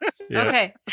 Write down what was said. Okay